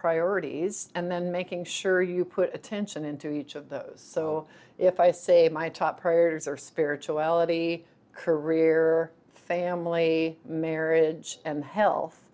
priorities and then making sure you put attention into each of those so if i say my top priorities are spirituality career family marriage and health